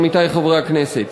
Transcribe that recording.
עמיתי חברי הכנסת,